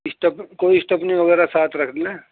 step کوئی stepney وغیرہ ساتھ رکھ لیں